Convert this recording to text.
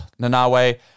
Nanawe